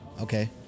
Okay